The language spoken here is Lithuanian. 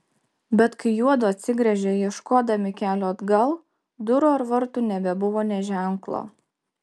bet kai juodu apsigręžė ieškodami kelio atgal durų ar vartų nebebuvo nė ženklo